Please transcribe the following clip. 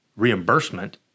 reimbursement